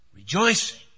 rejoicing